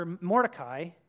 Mordecai